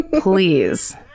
Please